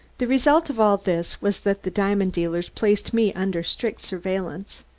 the result of all this was that the diamond dealers placed me under strict surveillance.